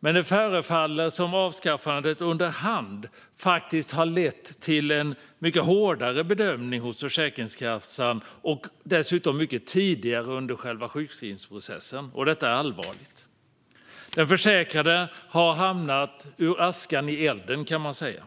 men det förefaller som om avskaffandet under hand har lett till en mycket hårdare bedömning hos Försäkringskassan. Dessutom sker det mycket tidigare under sjukskrivningsprocessen. Detta är allvarligt. Den försäkrade har hamnat ur askan i elden kan man säga.